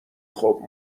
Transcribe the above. خوب